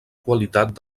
qualitat